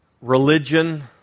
religion